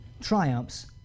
triumphs